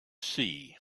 see